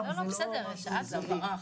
העולם.